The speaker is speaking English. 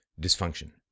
dysfunction